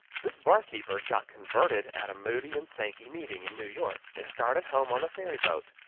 this barkeeper got converted at a moody and sankey meeting, in new york, and started home on the ferry-boat,